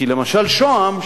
כי למשל שוהם,